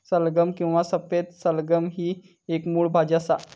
सलगम किंवा सफेद सलगम ही एक मुळ भाजी असा